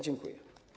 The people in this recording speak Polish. Dziękuję.